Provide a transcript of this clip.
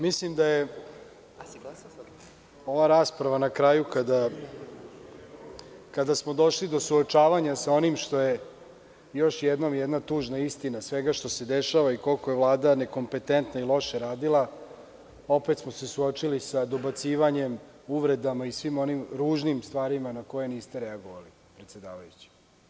Mislim da je ova rasprava na kraju kada smo došli do suočavanja sa onim što je još jednom jedna tužna istina svega što se dešava i koliko je Vlada nekompetentno i loše radila, opet smo se suočili sa dobacivanjem, uvredama i svim onim ružnim stvarima na koje niste reagovali predsedavajući.